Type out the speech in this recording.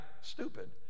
stupid